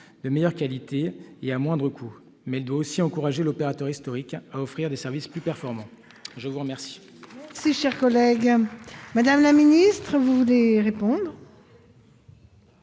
de meilleure qualité et à un moindre coût, mais elle doit aussi encourager l'opérateur historique à offrir des services plus performants. La parole